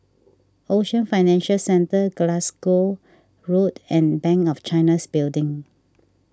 Ocean Financial Centre Glasgow Road and Bank of China's Building